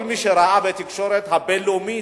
כל מי שראה בתקשורת הבין-לאומית,